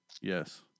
Yes